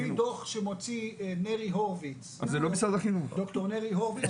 לפי דוח שמוציא נרי הורביץ ד"ר נרי הורביץ,